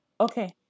Okay